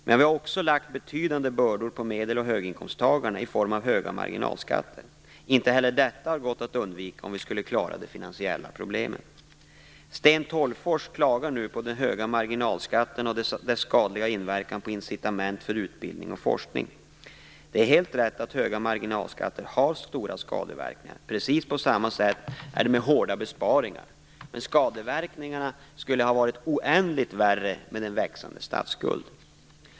Men vi har också lagt betydande bördor på medel och höginkomsttagarna i form av höga marginalskatter. Inte heller detta har gått att undvika om vi skulle klara de finansiella problemen. Sten Tolgfors klagar nu på de höga marginalskatterna och deras skadliga inverkan på incitament för utbildning och forskning. Det är helt rätt att höga marginalskatter har stora skadeverkningar. Precis på samma sätt är det med hårda besparingar. Men skadeverkningarna skulle ha varit oändligt värre med en växande statsskuld.